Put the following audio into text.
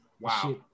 wow